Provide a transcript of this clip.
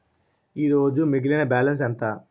ఈరోజు మిగిలిన బ్యాలెన్స్ ఎంత?